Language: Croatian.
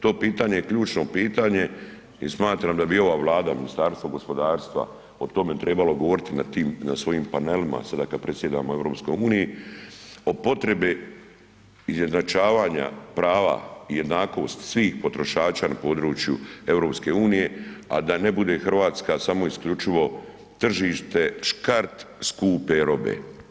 To pitanje je ključno pitanje i smatram da bi ova Vlada, Ministarstvo gospodarstva o tome trebalo govoriti na svojim panelima sada kad predsjedamo EU o potrebi izjednačavanja prava i jednakost svih potrošača na području EU, a da ne bude Hrvatska samo isključivo tržište, škart skupe robe.